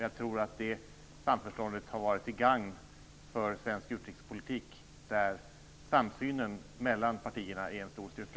Jag tror att det samförståndet har varit till gagn för svensk utrikespolitik, där samsynen mellan partierna är en stor styrka.